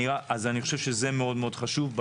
אז אני חושב שזה מאוד מאוד חשוב.